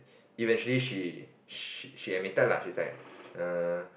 eventually she she admitted lah she was like err